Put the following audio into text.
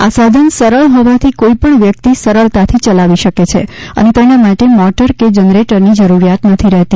આ સાધન સરળ હોવાથી કોઇ પણ વ્યક્તિ સરળતાથી ચલાવી શકે છે અને તેના માટે મોટર કે જનરેટરની જરૂરિયાત નથી રહેતી